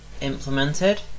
implemented